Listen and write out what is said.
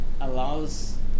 allows